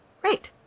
Great